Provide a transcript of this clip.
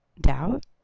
doubt